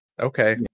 Okay